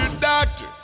doctor